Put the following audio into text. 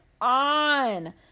on